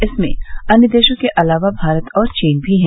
इसमें अन्य देशों के अलावा भारत और चीन भी हैं